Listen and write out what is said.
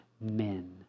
men